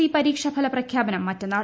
C പരീക്ഷാഫല പ്രഖ്യാപനം മറ്റെന്നാൾ